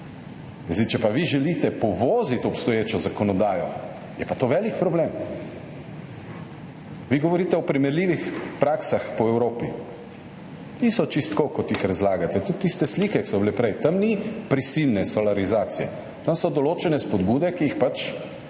gradijo. Če pa vi želite povoziti obstoječo zakonodajo, je pa to velik problem. Vi govorite o primerljivih praksah po Evropi. Ni čisto tako, kot vi razlagate, tudi tiste slike, ki so bile prej, tam ni prisilne solarizacije, tam so določene spodbude, ki jih pač